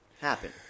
happen